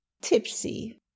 Tipsy